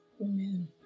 Amen